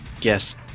guess